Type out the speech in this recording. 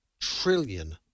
trillion